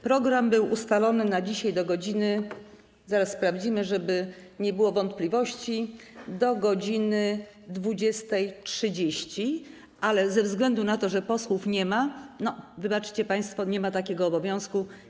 Program był ustalony na dzisiaj - zaraz sprawdzimy, żeby nie było wątpliwości - do godz. 20.30, a ze względu na to, że posłów nie ma - wybaczcie państwo, nie ma takiego obowiązku.